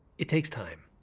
it takes time.